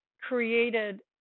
created